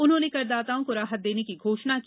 उन्होंने करदाताओं को राहत देने की घोषणा की